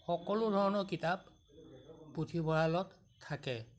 সকলো ধৰণৰ কিতাপ পুথিভঁৰালত থাকে